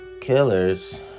killers